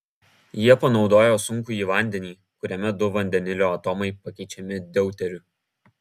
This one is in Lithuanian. jie panaudojo sunkųjį vandenį kuriame du vandenilio atomai pakeičiami deuteriu